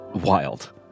wild